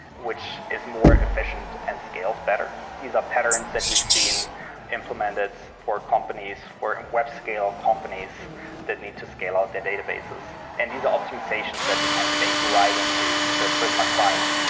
which is more efficient and scales better. these are patterns that we've seen implemented for companies or web scale companies that need to scale out their databases. and these optimizations that we can bake right into the prisma client'.